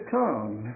tongue